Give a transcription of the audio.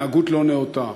של התנהגות לא נאותה,